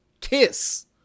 kiss